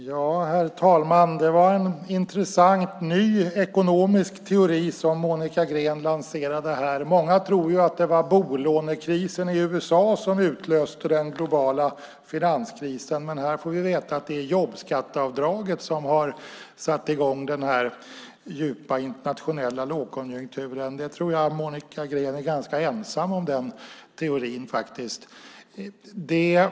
Herr talman! Det var en intressant ny ekonomisk teori som Monica Green lanserade. Många tror att det var bolånekrisen i USA som utlöste den globala finanskrisen, men här får vi veta att det är jobbskatteavdraget som har satt i gång den djupa internationella lågkonjunkturen. Jag tror att Monica Green är ganska ensam om den teorin.